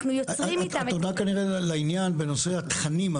את עונה כנראה לעניין בנושא התכנים,